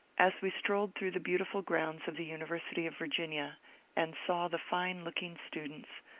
as we strolled through the beautiful grounds of the uni versity of virginia and saw the fine-looking students,